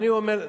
זה נכון.